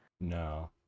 No